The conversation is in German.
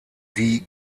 die